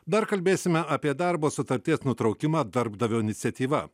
dar kalbėsime apie darbo sutarties nutraukimą darbdavio iniciatyva